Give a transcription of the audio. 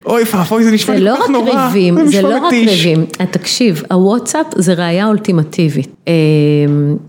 אוי ואבוי, אוי זה נשמע לי כל כך נורא, זה משמעותית. זה לא ריבים, זה לא ריבים, תקשיב, הוואטסאפ זה ראייה אולטימטיבית.